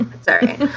Sorry